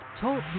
TALK